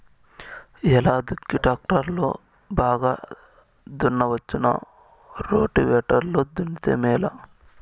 ఎలా దుక్కి టాక్టర్ లో బాగా దున్నవచ్చునా రోటివేటర్ లో దున్నితే మేలా?